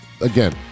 Again